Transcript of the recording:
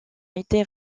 été